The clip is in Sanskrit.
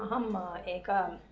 अहम् एका